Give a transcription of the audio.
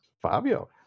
fabio